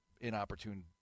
inopportune